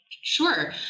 Sure